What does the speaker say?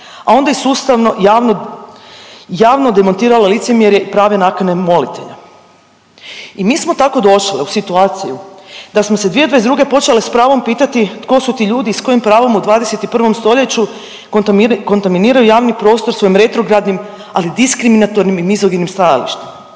a onda i sustavno javno demontirala licemjerje prave nakane molitelja. I mi smo tako došli u situaciju da smo se 2022. počeli s pravom pitati tko su ti ljudi i s kojim pravom u 21. stoljeću kontaminiraju javni prostor svojim retrogradnim, ali diskriminatornim i mizogenim stajalištima.